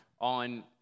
on